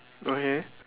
okay